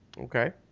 Okay